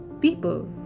people